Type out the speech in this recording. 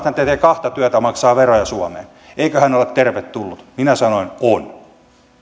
hän tekee kahta työtä ja maksaa veroja suomeen eikö hän ole tervetullut minä sanoin on